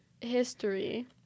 history